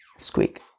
Squeak